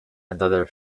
another